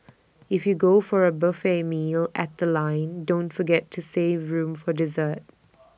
if you go for A buffet meal at The Line don't forget to save room for dessert